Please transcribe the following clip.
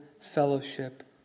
fellowship